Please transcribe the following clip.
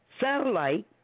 satellite